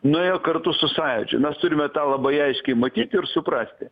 nuėjo kartu su sąjūdžiu mes turime tą labai aiškiai matyti ir suprasti